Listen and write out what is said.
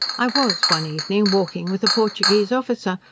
i was one evening walking with a portuguese officer,